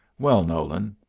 well, nolan,